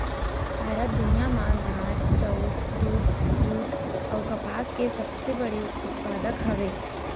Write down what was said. भारत दुनिया मा दार, चाउर, दूध, जुट अऊ कपास के सबसे बड़े उत्पादक हवे